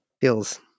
feels